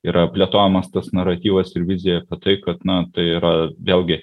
yra plėtojamas tas naratyvas ir vizija apie tai kad na tai yra vėlgi